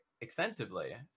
extensively